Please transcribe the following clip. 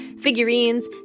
figurines